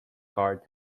card